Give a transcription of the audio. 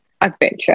adventure